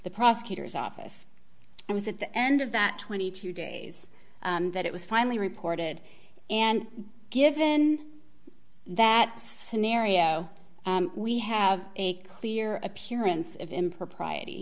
the prosecutor's office and was at the end of that twenty two days that it was finally reported and given that scenario we have a clear appearance of impropriety